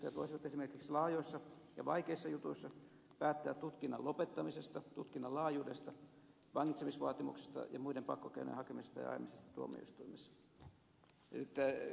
syyttäjät voisivat esimerkiksi laajoissa ja vaikeissa jutuissa päättää tutkinnan lopettamisesta tutkinnan laajuudesta vangitsemisvaatimuksista ja muiden pakkokeinojen hakemisesta ja ajamisesta tuomioistuimissa